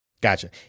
Gotcha